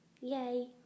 Yay